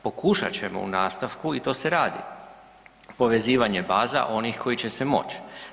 Pokušat ćemo u nastavku i to se radi povezivanje baza onih koji će se moći.